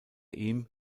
ihm